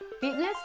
fitness